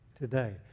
today